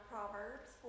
Proverbs